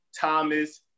Thomas